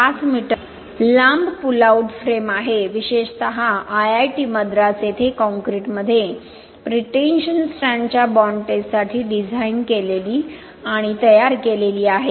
5 metre लांब pull out frame आहे विशेषत IIT मद्रास येथे काँक्रीटमध्ये प्रीटेन्शन स्ट्रँडच्या बाँड टेस्टसाठी डिझाइन केलेली आणि तयार केलेली आहे